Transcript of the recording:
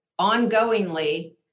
ongoingly